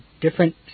different